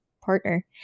partner